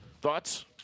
thoughts